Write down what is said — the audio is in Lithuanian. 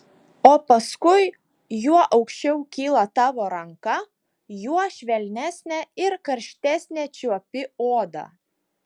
o paskui juo aukščiau kyla tavo ranka juo švelnesnę ir karštesnę čiuopi odą